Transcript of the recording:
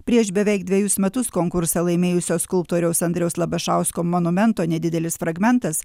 prieš beveik dvejus metus konkursą laimėjusio skulptoriaus andriaus labašausko monumento nedidelis fragmentas